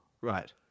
right